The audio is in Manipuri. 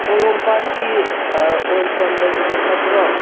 ꯄꯣꯔꯣꯝꯄꯥꯠꯀꯤ ꯑꯣꯏꯜ ꯄꯝ ꯂꯩꯕꯗꯣ ꯈꯪꯕ꯭ꯔꯣ